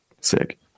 Sick